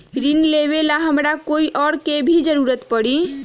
ऋन लेबेला हमरा कोई और के भी जरूरत परी?